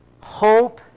hope